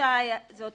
כאן